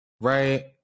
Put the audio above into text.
right